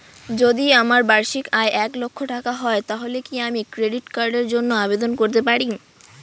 যদি আমার বার্ষিক আয় এক লক্ষ টাকা হয় তাহলে কি আমি ক্রেডিট কার্ডের জন্য আবেদন করতে পারি?